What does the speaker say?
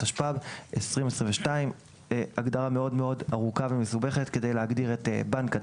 התשפ"ב 2022. הגדרה מאוד ארוכה ומסובכת כדי להגדיר את בנק הדואר.